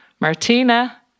Martina